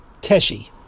Teshi